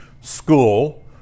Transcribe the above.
school